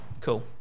cool